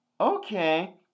Okay